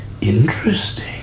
Interesting